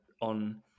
on